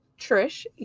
Trish